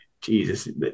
Jesus